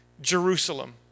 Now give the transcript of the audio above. Jerusalem